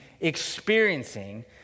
experiencing